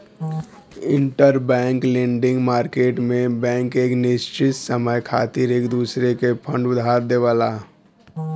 interbank lending market में bank एक निश्चित समय खातिर एक दूसरे के फंड उधार देवला